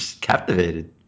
captivated